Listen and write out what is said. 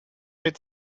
mit